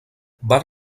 van